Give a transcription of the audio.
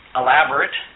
elaborate